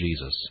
Jesus